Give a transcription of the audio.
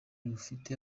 rufite